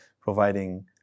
providing